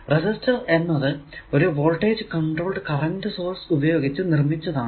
resistor എന്നത് ഒരു voltage controlled current source ഉപയോഗിച്ച് നിർമിച്ചതാണ്